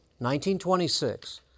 1926